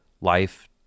life